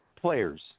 players